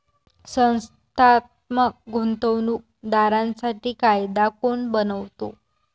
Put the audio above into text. संस्थात्मक गुंतवणूक दारांसाठी कायदा कोण बनवतो?